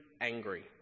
angry